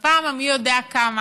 בפעם המי-יודע-כמה